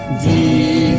d